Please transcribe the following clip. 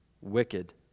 wicked